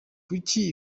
kuki